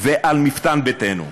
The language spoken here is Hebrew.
ועל מפתן בתינו.